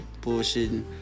bullshitting